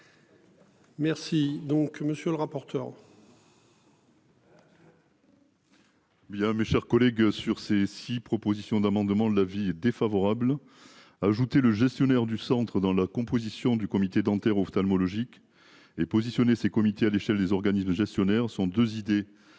Merci donc monsieur le rapporteur.